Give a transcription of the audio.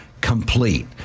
complete